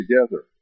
together